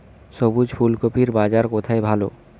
সবুজ ফুলকপির বাজার কোথায় ভালো?